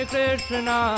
Krishna